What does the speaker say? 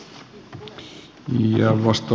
pankki kuin pankki